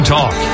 Talk